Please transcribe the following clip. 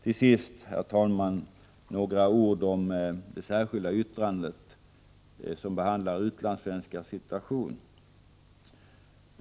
Till sist, herr talman, några ord om det särskilda yttrande som behandlar utlandssvenskars situation.